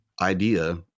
idea